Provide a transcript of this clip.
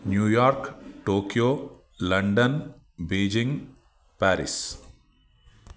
New York Tokyo London Beijing Paris